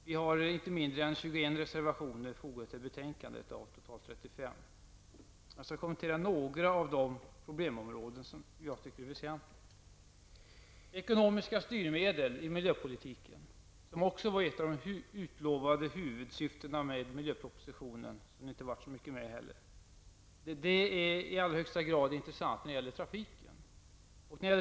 Vi har inte mindre än 21 Jag skall kommentera några av de problemområden som jag tycker är väsentliga. Ekonomiska styrmedel i miljöpolitiken, som också var ett av de utlovade huvudsyftena med miljöpropositionen som det inte blev så mycket av, är i allra högsta grad intressanta när det gäller trafiken.